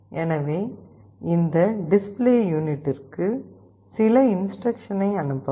எனவே இந்த டிஸ்ப்ளே யூனிட்டுக்கு சில இன்ஸ்டிரக்க்ஷனை அனுப்பலாம்